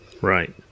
right